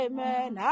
Amen